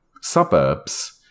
suburbs